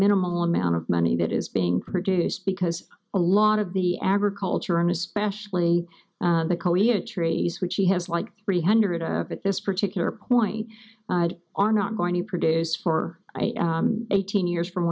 minimal amount of money that is being produced because a lot of the agriculture and especially the trees which she has like three hundred of at this particular point are not going to produce for eighteen years from